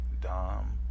Dom